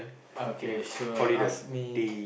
okay sure ask me